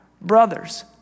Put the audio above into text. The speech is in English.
brothers